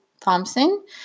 Thompson